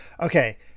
okay